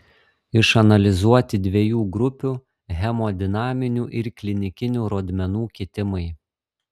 išanalizuoti dviejų grupių hemodinaminių ir klinikinių rodmenų kitimai